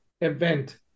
event